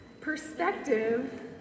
Perspective